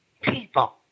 people